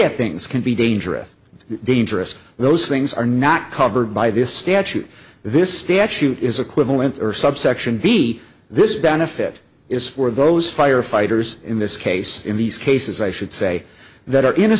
at things can be dangerous dangerous those things are not covered by this statute this statute is equivalent to subsection b this benefit is for those firefighters in this case in these cases i should say that are in a